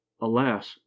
alas